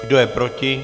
Kdo je proti?